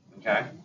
Okay